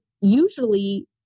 usually